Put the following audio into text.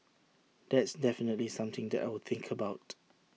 that's definitely something that I will think about